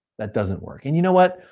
that doesn't work. and you know what,